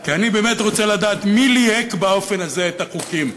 כי אני באמת רוצה לדעת מי ליהק באופן הזה את החוקים,